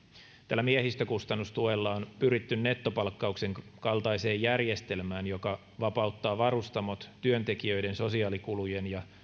tällä miehistökustannustuella on pyritty nettopalkkauksen kaltaiseen järjestelmään joka vapauttaa varustamot työntekijöiden sosiaalikulujen ja